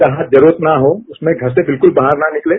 जहां जरूरत न हो उसमें घर से बिल्कुल बाहर न निकलें